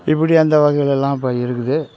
இப்படி அந்த வகையிலலாம் இப்போது இருக்குது